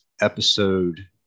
episode